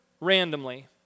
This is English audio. randomly